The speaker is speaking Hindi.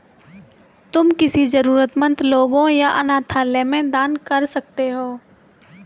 तुम किसी जरूरतमन्द लोगों या अनाथालय में दान भी कर सकते हो